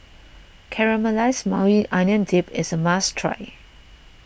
Caramelized Maui Onion Dip is a must try